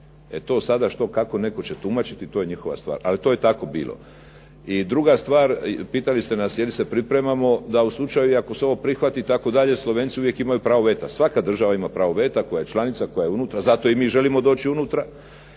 E to sada što kako će netko tumačiti, to je njihova stvar. Ali to je tako bilo. I druga stvar, pitali ste nas, da li se pripremamo da u slučaju ako se ovo prihvati itd. Slovenci imaju pravo veta. Svaka država ima pravo veta koja je članica, koja je unutra. Zato i mi želimo doći unutra.